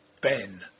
Ben